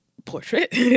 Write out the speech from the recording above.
portrait